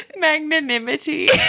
magnanimity